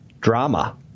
drama